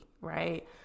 right